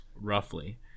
roughly